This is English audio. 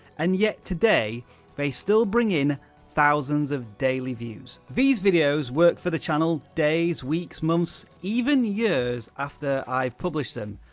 and yet today they still bring in thousands of daily views. these videos work for the channel days, weeks, months, even years after i've published them.